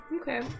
Okay